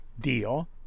deal